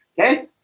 Okay